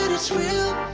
it's real